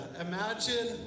imagine